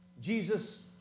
Jesus